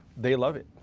they love it.